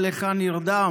מה לך נרדם",